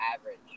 average